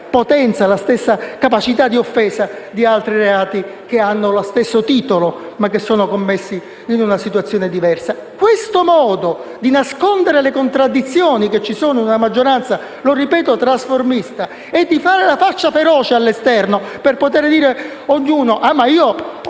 aveva la stessa capacità di offesa di altri reati che hanno lo stesso titolo ma sono commessi in una situazione diversa. Questo modo di nascondere le contraddizioni che ci sono in una maggioranza - ripeto - trasformista e di fare la faccia feroce all'esterno, in modo che ognuno possa